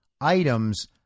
items